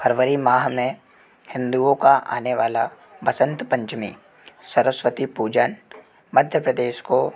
फरवरी माह में हिंदुओं का आने वाला बसंत पंचमी सरस्वती पूजा मध्य प्रदेश को